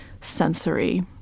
Sensory